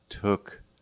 took